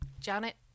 janet